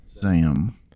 Sam